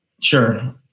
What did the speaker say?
Sure